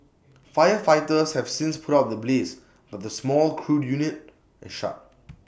firefighters have since put out the blaze but the small crude unit is shut